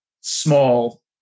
small